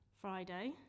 Friday